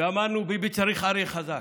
ואמרנו: ביבי צריך אריה חזק.